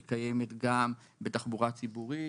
היא קיימת גם בתחבורה ציבורית,